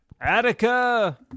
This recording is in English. Attica